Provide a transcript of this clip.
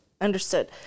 Understood